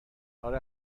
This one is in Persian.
آره